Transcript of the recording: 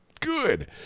good